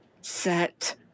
set